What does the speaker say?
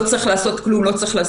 לא צריך לעשות כלום,